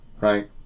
right